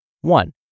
One